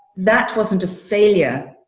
that wasn't a failure.